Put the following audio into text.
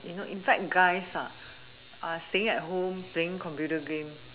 you know in fact guys ah are staying at home playing computer game